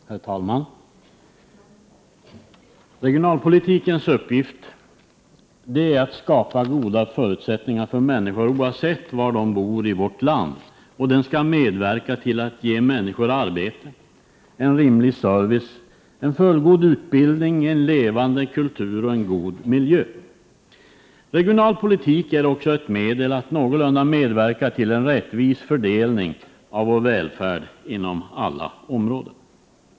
Herr talman! Regionalpolitikens uppgift är att skapa goda förutsättningar för människor, oavsett var dessa bor i vårt land. Vidare skall regionalpolitiken medverka till att människor får arbete, rimlig service, fullgod utbildning, en levande kultur och en god miljö. Regionalpolitik är också ett medel när det gäller att någorlunda medverka till en rättvis fördelning av vår välfärd inom alla områden.